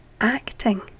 acting